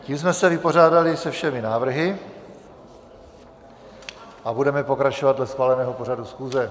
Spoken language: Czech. Tím jsme se vypořádali se všemi návrhy a budeme pokračovat dle schváleného pořadu schůze.